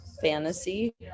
fantasy